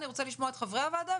אני רוצה לשמוע את חברי הוועדה,